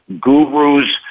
gurus